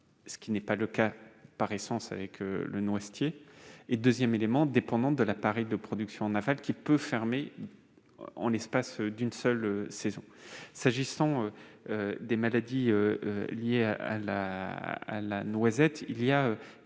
ce qui n'est pas le cas, par essence, avec le noisetier ; dépendance à l'appareil de production en aval, qui peut fermer en l'espace d'une seule saison. S'agissant des maladies liées à la noisette, il y a